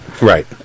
Right